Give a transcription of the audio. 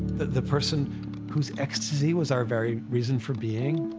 the person whose ecstasy was our very reason for being.